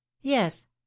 yes